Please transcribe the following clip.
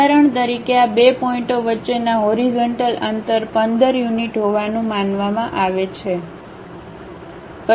ઉદાહરણ તરીકે આ 2 પોઇન્ટઓ વચ્ચેના હોરીજનટલ અંતર 15 યુનિટ હોવાનું માનવામાં આવે છે